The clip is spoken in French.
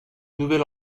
nouvel